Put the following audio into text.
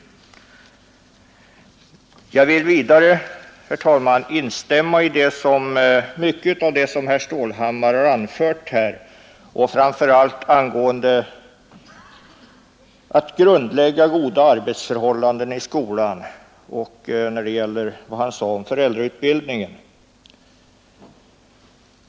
Vidare vill jag instämma i mycket av det som herr Stålhammar här anfört, framför allt det som han sade om att grundlägga goda arbetsvanor i skolan och om vikten av föräldrautbildning.